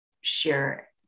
share